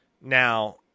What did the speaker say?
Now